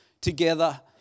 together